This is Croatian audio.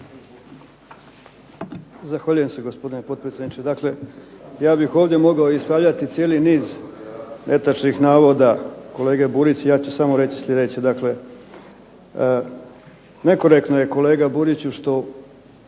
Zahvaljujem se gospodine potpredsjedniče. Dakle, ja bih ovdje mogao ispravljati cijeli niz netočnih navoda. Kolega Burić, ja ću samo reći sljedeće. Dakle, nekorektno je kolega Buriću što